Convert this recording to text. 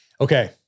Okay